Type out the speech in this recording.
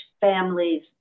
families